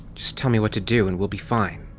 just tell me what to do and we'll be fine.